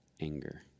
anger